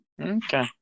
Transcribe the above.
Okay